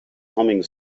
humming